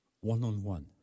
one-on-one